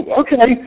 okay